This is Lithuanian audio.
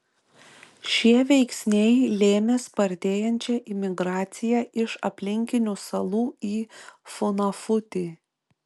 šie veiksniai lėmė spartėjančią imigraciją iš aplinkinių salų į funafutį